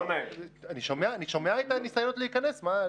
אני שומע את הניסיון להיכנס.